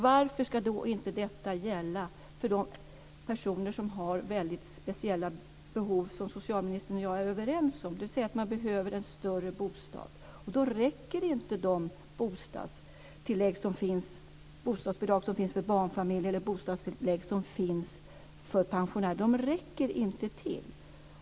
Varför ska då inte detta gälla för de personer som socialministern och jag är överens om har väldigt speciella behov, dvs. att de behöver en större bostad? Då räcker inte de bostadsbidrag som finns för barnfamiljer eller de bostadstillägg som finns för pensionärer till.